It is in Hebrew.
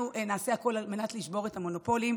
אנחנו נעשה הכול כדי לשבור את המונופולים.